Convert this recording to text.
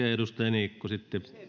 ja edustaja niikko sitten